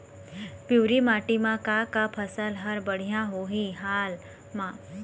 पिवरी माटी म का का फसल हर बढ़िया होही हाल मा?